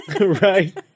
right